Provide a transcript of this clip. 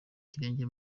ikirenge